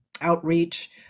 outreach